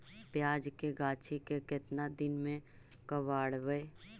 प्याज के गाछि के केतना दिन में कबाड़बै?